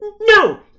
No